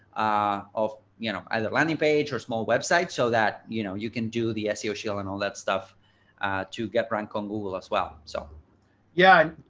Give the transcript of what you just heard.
ah of you know, either landing page or small websites so that you know you can do the seo, seo and all that stuff to get drunk on google as well. so yeah,